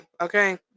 Okay